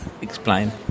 Explain